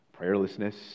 Prayerlessness